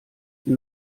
sie